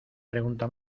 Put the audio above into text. pregunta